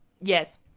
Yes